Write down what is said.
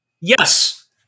Yes